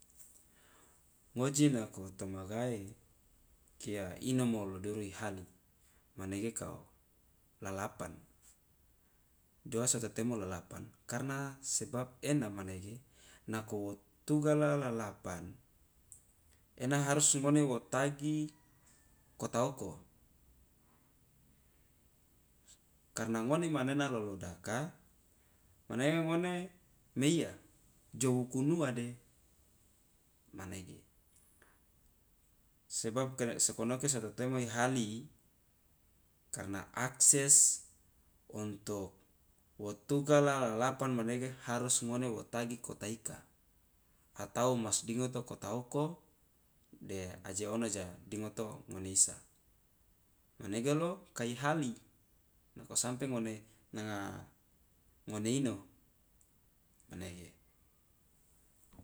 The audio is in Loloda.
Ngoji nako tomagae kia inomo lo duru ihali manege kao lalapan dioa so totemo lalapan karna sebab ena manege nako wo tugala lalapan ena harus ngone wo tagi kota oko karna ngone manena lolodaka mane ngone meiya jo wukunuwa de manege sebab sokonoke so totemo ihali karna akses untuk wo tugala lalapan manege harus ngone wo tagi kota ika atau womasdingoto kota oko aje ona ja dingoto ngone isa manege lo kai hali nako sampe ngone nanga ngone ino manege.